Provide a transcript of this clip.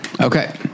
Okay